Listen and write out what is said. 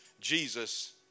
Jesus